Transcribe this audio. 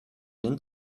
den